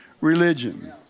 religion